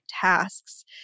tasks